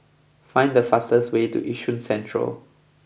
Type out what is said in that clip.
find the fastest way to Yishun Central